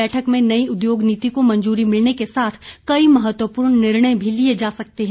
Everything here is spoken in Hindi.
बैठक में नई उद्योग नीति को मंजूरी मिलने के साथ कई महत्वपूर्ण निर्णय भी लिए जा सकते हैं